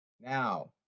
Now